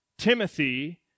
Timothy